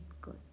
good